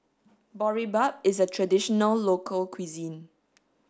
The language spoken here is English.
Boribap is a traditional local cuisine